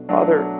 Father